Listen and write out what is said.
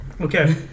Okay